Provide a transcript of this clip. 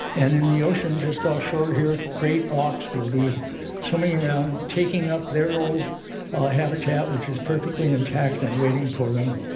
and in the ocean, just offshore here, great ah auks will be swimming around, taking up their old habitat, which is perfectly intact and waiting for them.